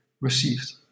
received